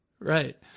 right